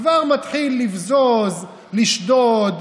כבר מתחיל לבזוז, לשדוד,